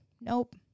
Nope